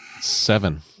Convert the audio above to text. Seven